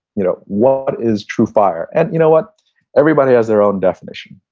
you know what is true fire, and you know what everybody has their own definition.